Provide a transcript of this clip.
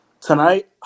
Tonight